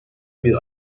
bir